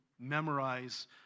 memorize